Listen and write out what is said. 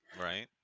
right